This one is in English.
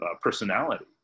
personality